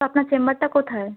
আপনার চেম্বারটা কোথায়